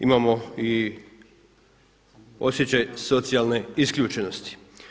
Imamo i osjećaj socijalne isključenosti.